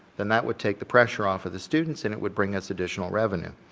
then that would take the pressure off of the students and it would bring us additional revenue.